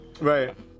right